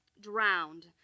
drowned